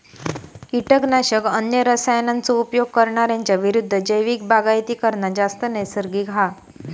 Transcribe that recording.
किटकनाशक, अन्य रसायनांचो उपयोग करणार्यांच्या विरुद्ध जैविक बागायती करना जास्त नैसर्गिक हा